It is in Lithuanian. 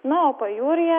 na o pajūryje